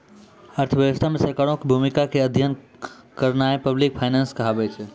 अर्थव्यवस्था मे सरकारो के भूमिका के अध्ययन करनाय पब्लिक फाइनेंस कहाबै छै